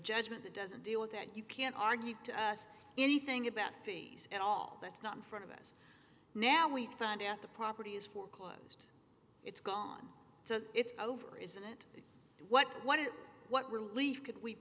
judgment that doesn't deal with that you can't argue to us anything about fees at all that's not in front of us now we found out the property is foreclosed it's gone so it's over isn't it what what it what relief could we